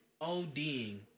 OD'ing